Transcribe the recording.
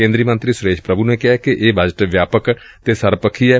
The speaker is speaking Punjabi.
ਕੇਂਦਰੀ ਮੰਤਰੀ ਸੁਰੇਸ਼ ਪ੍ਰਭੂ ਨੇ ਕਿਹੈ ਕਿ ਇਹ ਬਜਟ ਵਿਆਪਕ ਅਤੇ ਸਰਬਪੱਖੀ ਏ